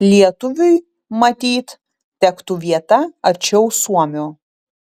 lietuviui matyt tektų vieta arčiau suomio